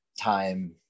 time